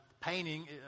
painting